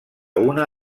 una